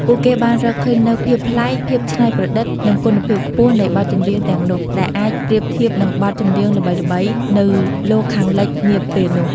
ពួកគេបានរកឃើញនូវភាពប្លែក ភាពច្នៃប្រឌិត និងគុណភាពខ្ពស់នៃបទចម្រៀងទាំងនោះ ដែលអាចប្រៀបធៀបនឹងបទចម្រៀងល្បីៗនៅលោកខាងលិចនាពេលនោះ។